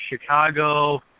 Chicago